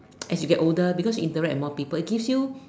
as you get older because you interact with more people it gives you